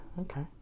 okay